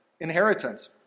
inheritance